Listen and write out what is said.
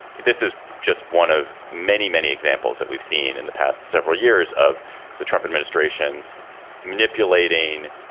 this is just one of many, many examples that we've seen in the past several years of the trump administration manipulating,